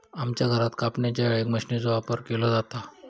आमच्या घरात कापणीच्या वेळेक मशीनचो वापर केलो जाता